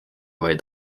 vaid